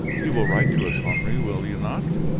you will write to us, henry, will you not?